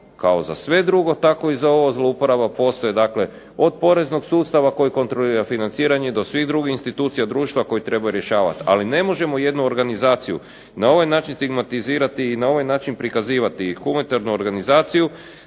kao za sve drugo tako i za ovo zlouporaba postoji, od poreznog sustava koji kontrolira financiranje do svih drugih institucija društva koje treba rješavati. Ali ne možemo jednu organizaciju na ovaj način stigmatizirati i na ovaj način prikazivati humanitarnu organizaciju